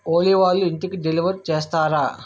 ఓలీ వాళ్ళు ఇంటికి డెలివర్ చేస్తారా